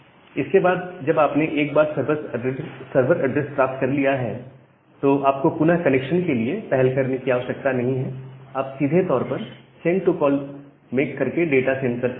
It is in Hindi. इसके बाद जब आपने एक बार सर्वर एड्रेस प्राप्त कर लिया है तो अब आपको पुनः कनेक्शन के पहल करने की आवश्यकता नहीं है आप सीधे तौर पर सेंड टू कॉल मेक करके डाटा सेंड कर सकते हैं